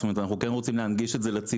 זאת אומרת אנחנו כן רוצים להנגיש את זה לציבור,